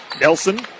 Nelson